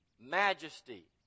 Majesty